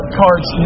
cards